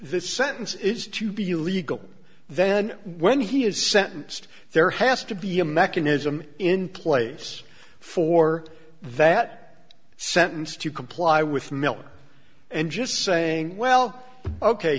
this sentence is to be legal then when he is sentenced there has to be a mechanism in place for that sentence to comply with miller and just saying well ok